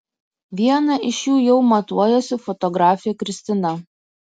vieną iš jų jau matuojasi fotografė kristina